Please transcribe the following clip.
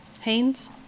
Haynes